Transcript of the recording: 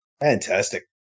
Fantastic